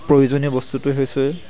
প্ৰয়োজনীয় বস্তুটোৱে হৈছে